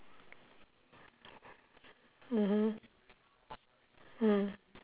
mmhmm mm